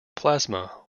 plasma